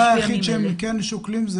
הדבר היחיד שהן כן שוקלים זה